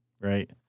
right